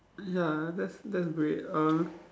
ya that's that's great uh